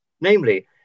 Namely